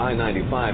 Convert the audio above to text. I-95